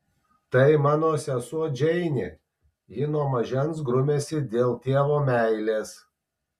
tai mano sesuo džeinė ji nuo mažens grumiasi dėl tėvo meilės